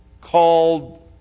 called